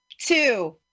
two